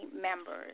members